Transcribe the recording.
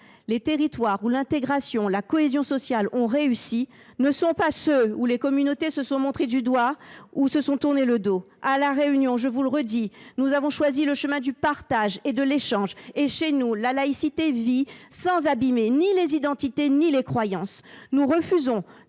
Les territoires où l’intégration et la cohésion sociale sont des réussites ne sont pas ceux où les communautés se sont montrées du doigt ou se sont tourné le dos. À La Réunion, je vous le redis, nous avons choisi le chemin du partage et de l’échange. Chez nous, la laïcité vit sans abîmer ni les identités ni les croyances. Nous refusons